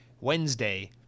Wednesday